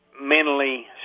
mentally